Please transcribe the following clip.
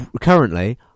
Currently